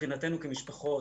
מבחינתנו כמשפחות,